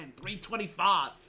325